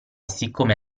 siccome